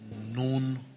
Known